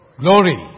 glory